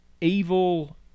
evil